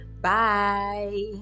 Bye